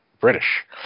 british